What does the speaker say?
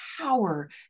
power